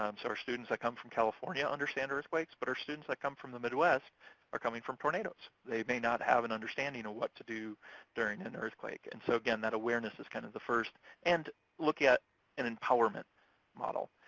um so our students that come from california understand earthquakes, but our students that come from the midwest are coming from tornadoes. they may not have an understanding of what to do during an earthquake. and so, again, that awareness is kinda the first. and look at an empowerment model.